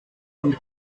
und